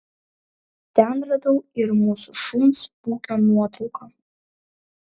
ten radau ir mūsų šuns bukio nuotrauką